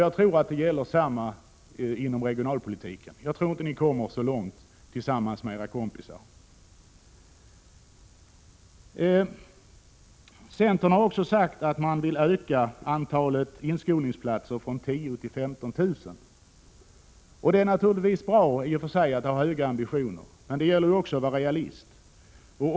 Jag tror att detsamma gäller i fråga om regionalpolitiken. Jag tror inte att ni kommer så långt tillsammans med era kompisar. Centern har också sagt att man vill öka antalet inskolningsplatser från 10 000 till 15 000. Det är naturligtvis bra i och för sig att ha höga ambitioner. Men det gäller ju också att vara realist.